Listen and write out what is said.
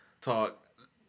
talk